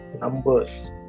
numbers